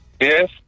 Yes